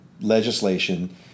legislation